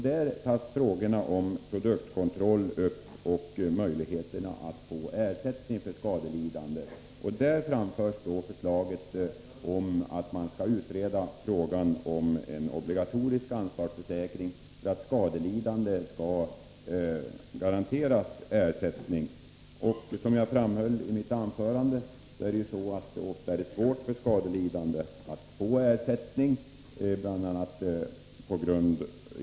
Där tas frågan om produktkontroll och möjligheterna att få ersättning till skadelidande upp. Och där framförs förslag om utredning av frågan om en obligatorisk ansvarsförsäkring för att skadelidande skall garanteras ersättning. Som jag framhöll i mitt anförande är det ofta svårt för skadelidande att få ersättning.